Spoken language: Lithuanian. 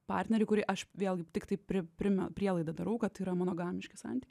partnerį kurį aš vėlgi tiktai pri prime prielaidą darau kad yra monogamiški santykiai